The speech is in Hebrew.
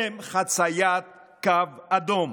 הם חציית קו אדום